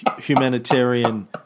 humanitarian